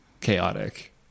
chaotic